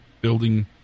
building